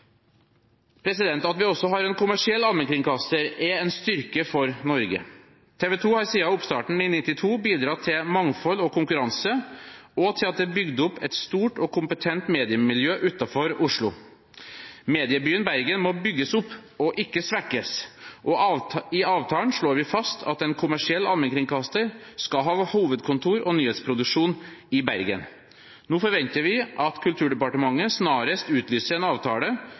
At vi også har en kommersiell allmennkringkaster, er en styrke for Norge. TV 2 har siden oppstarten i 1992 bidratt til mangfold og konkurranse, og til at det er bygd opp et stort og kompetent mediemiljø utenfor Oslo. Mediebyen Bergen må bygges opp og ikke svekkes, og i avtalen slår vi fast at en kommersiell allmennkringkaster skal ha hovedkontor og nyhetsredaksjon i Bergen. Nå forventer vi at Kulturdepartementet snarest utlyser en avtale